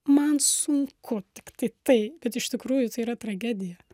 man sunku tiktai tai bet iš tikrųjų tai yra tragedija